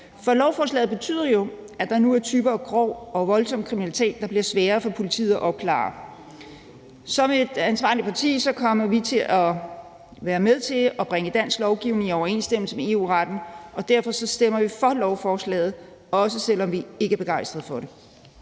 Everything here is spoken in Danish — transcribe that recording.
For lovforslaget betyder jo, at der nu er typer af grov og voldsom kriminalitet, der bliver sværere for politiet at opklare. Som et ansvarligt parti kommer vi til at være med til at bringe dansk lovgivning i overensstemmelse med EU-retten, og derfor stemmer vi for lovforslaget, også selv om vi ikke er begejstrede for det.